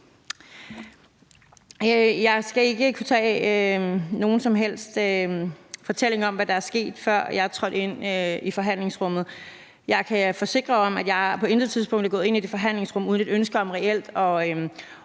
Jeg skal ikke kunne komme med nogen som helst fortælling om, hvad der er sket, før jeg trådte ind i forhandlingsrummet. Jeg kan forsikre om, at jeg på intet tidspunkt er gået ind i det forhandlingsrum uden et ønske om reelt